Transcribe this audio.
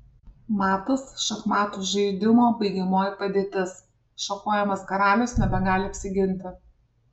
matas šachmatų žaidimo baigiamoji padėtis šachuojamas karalius nebegali apsiginti